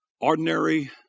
ordinary